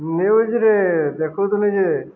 ନ୍ୟୁଜରେେ ଦେଖଉଥୁନି ଯେ